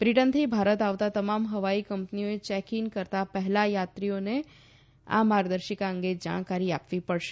બ્રિટનથી ભારત આવતા તમામ હવાઇ કંપનીઓએ ચેક ઈન કરતા પહેલા યાત્રીઓને આ માર્ગદર્શિકા અંગે જાણકારી આપવી પડશે